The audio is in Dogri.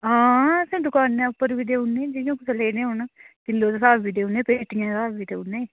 हां असें दकानै उप्पर बी देई ओड़ने जिनें कुसै लेने होग किल्लो दे स्हाब बी देई ओड़ने पेटियें दे स्हाब बी देई ओड़ने